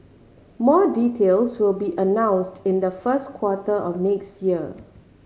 more details will be announced in the first quarter of next year